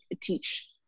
teach